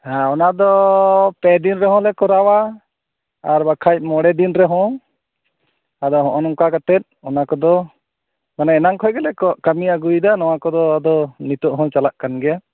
ᱚᱱᱟᱫᱚ ᱯᱮᱫᱤᱱ ᱨᱮᱦᱚᱞᱮ ᱠᱚᱨᱟᱣᱟ ᱟᱨ ᱵᱟᱠᱷᱟᱱ ᱢᱚᱬᱮ ᱫᱤᱱ ᱨᱮᱦᱚ ᱟᱫᱚ ᱱᱚᱜᱚᱭ ᱱᱚᱝᱠᱟ ᱠᱟᱛᱮ ᱱᱚᱣᱟ ᱠᱚᱫᱚ ᱢᱟᱱᱮ ᱮᱱᱟᱝ ᱠᱷᱚᱱ ᱜᱮᱞᱮ ᱠᱟᱹᱢᱤ ᱟᱹᱜᱩᱭᱮᱫᱟ ᱱᱚᱣᱟ ᱠᱚᱫᱚ ᱟᱫᱚ ᱱᱤᱛᱚᱜ ᱦᱚᱸ ᱪᱟᱞᱟᱜ ᱠᱟᱱ ᱜᱮᱭᱟ